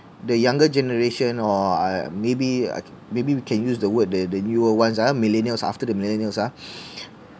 the younger generation or ah maybe maybe we can use the word the the newer ones ah millennials after the millennials ah